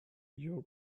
your